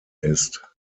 ist